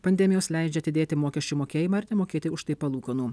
pandemijos leidžia atidėti mokesčių mokėjimą ir nemokėti už tai palūkanų